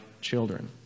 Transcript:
children